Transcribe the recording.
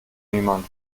niemand